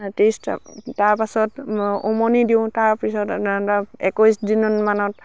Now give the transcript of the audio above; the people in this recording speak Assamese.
ত্ৰিছটা তাৰপাছত উমনি দিওঁ তাৰ পিছত একৈছ দিনমানত